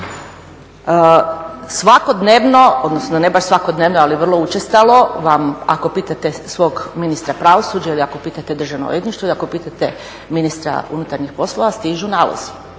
Svakodnevno, odnosno ne baš svakodnevno ali vrlo učestalo vam, ako pitate svog ministra pravosuđa ili ako pitate Državno odvjetništvo ili ako pitate ministra unutarnjih poslova, stižu nalozi